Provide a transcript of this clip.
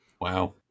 Wow